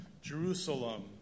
Jerusalem